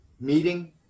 meeting